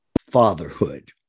fatherhood